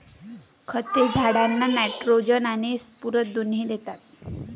खते झाडांना नायट्रोजन आणि स्फुरद दोन्ही देतात